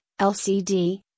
LCD